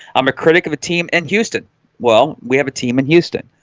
i'm a critic of a team in houston well, we have a team in houston.